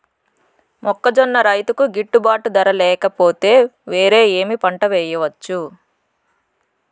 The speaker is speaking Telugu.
మొక్కజొన్న రైతుకు గిట్టుబాటు ధర లేక పోతే, వేరే ఏమి పంట వెయ్యొచ్చు?